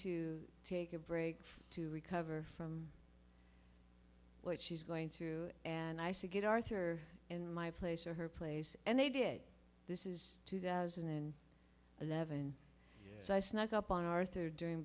to take a break to recover from what she's going through and i say get arthur in my place or her place and they did this is two thousand and eleven so i snuck up on arthur during